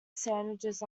sandwiches